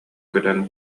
көтөн